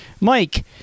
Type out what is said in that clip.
Mike